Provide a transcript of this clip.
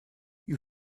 you